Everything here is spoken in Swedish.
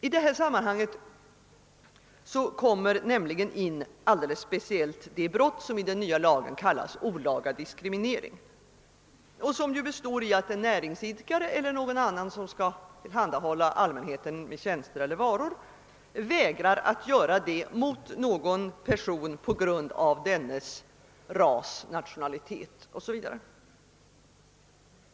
I detta sammanhang kommer nämligen in speciellt det brott som i den nya lagen kallas olaga diskriminering och som består i att näringsidkare eller någon annan som skall tillhandahålla tjänster eller varor till allmänheten, vägrar att göra detta mot någon person på grund av dennes ras, nationalitet o. s. v.